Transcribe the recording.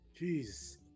Jeez